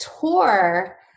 tour